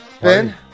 Ben